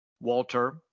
Walter